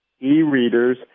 e-readers